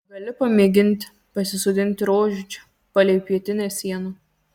gali pamėginti pasisodinti rožių čia palei pietinę sieną